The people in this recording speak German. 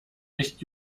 nicht